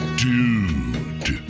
dude